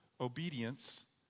obedience